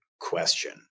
question